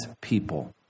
people